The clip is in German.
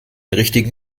richtigen